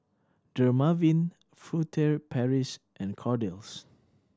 Dermaveen Furtere Paris and Kordel's